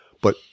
But-